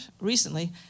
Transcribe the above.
recently